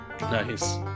Nice